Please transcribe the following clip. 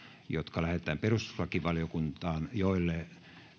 jotka lähetetään perustuslakivaliokuntaan jolle